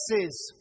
says